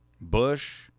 Bush